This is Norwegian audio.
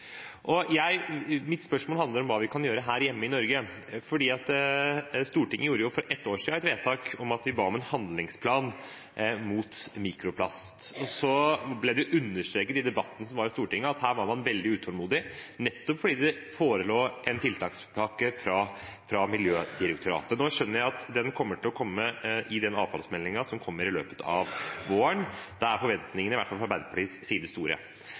Mitt spørsmål handler om hva vi kan gjøre her hjemme i Norge. Stortinget gjorde for et år siden et vedtak om at vi ba om en handlingsplan mot mikroplast. Det ble understreket i debatten som var i Stortinget, at her var man veldig utålmodig, nettopp fordi det forelå en tiltakspakke fra Miljødirektoratet. Nå skjønner jeg at den kommer til å komme i avfallsmeldingen som kommer i løpet av våren. Da er forventingene i hvert fall fra Arbeiderpartiets side store.